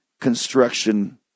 construction